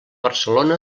barcelona